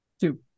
Two